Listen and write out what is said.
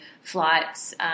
flights